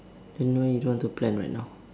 then why you don't want to plan right now